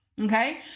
Okay